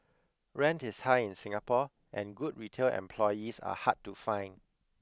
rent is high in Singapore and good retail employees are hard to find